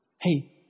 hey